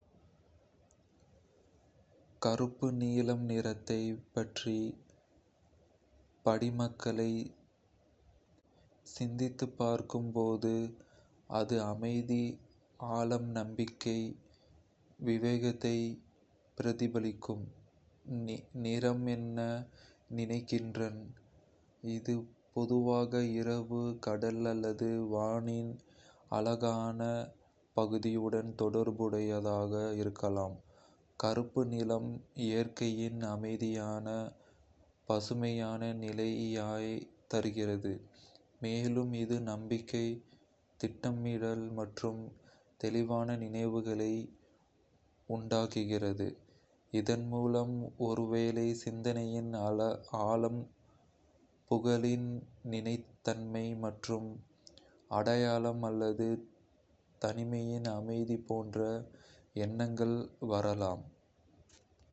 கருப்பு நீலம் நிறத்தைப் பற்றிய படிமங்களைச் சிந்தித்துப் பார்க்கும் போது, அது அமைதி, ஆழம், நம்பிக்கை, விவேகத்தை பிரதிபலிக்கும் நிறம் என நினைக்கின்றேன். இது பொதுவாக இரவு, கடல் அல்லது வானின் ஆழமான பகுதியுடன் தொடர்புடையதாக இருக்கலாம். கருப்பு நீலம் இயற்கையின் அமைதியான, பசுமையான நிலையைத் தருகிறது, மேலும் அது நம்பிக்கை, திட்டமிடல் மற்றும் தெளிவான நினைவுகளை உண்டாக்குகிறது. இதன் மூலம் ஒருவேளை சிந்தனையின் ஆழம், புகழின் நிலைத்தன்மை மற்றும் அடையாளம், அல்லது தனிமையின் அமைதி போன்ற எண்ணங்கள் வரலாம்.